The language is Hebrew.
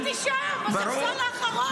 ברור, ישבתי שם, בספסל האחרון.